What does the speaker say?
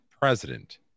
president